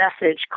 message